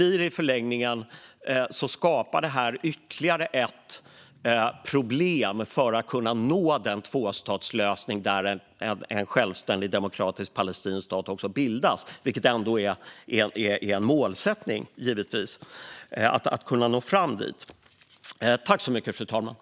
I förlängningen skapar ju det här ytterligare ett problem för att kunna nå en tvåstatslösning med bildande av en självständig, demokratisk palestinsk stat, vilket givetvis är en målsättning.